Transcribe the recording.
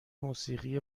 موسیقی